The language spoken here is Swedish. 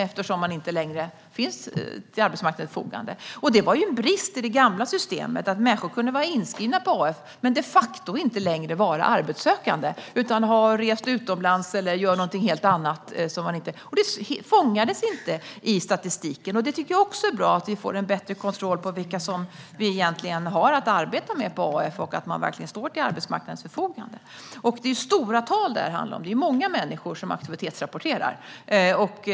Det här var en brist i det gamla systemet. Människor kunde vara inskrivna på AF men de facto inte längre vara arbetssökande, utan de hade kanske rest utomlands eller gjorde något helt annat. Det fångades inte upp i statistiken. Jag tycker att det är bra att vi får en bättre kontroll över vilka AF har att arbeta med, och att människor verkligen står till arbetsmarknadens förfogande. Det handlar om stora tal, och många människor aktivitetsrapporterar.